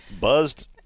buzzed